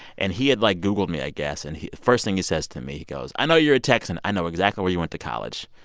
and he had, like, googled me, i guess. and the first thing he says to me, he goes, i know you're a texan. i know exactly where you went to college.